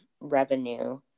revenue